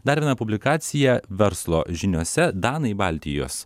dar viena publikacija verslo žiniose danai baltijos